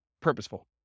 purposeful